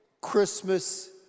Christmas